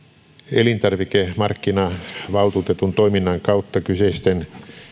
elintarvikemarkkinavaltuutetun toiminnan kautta kyseisten